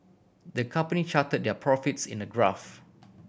the company charted their profits in a graph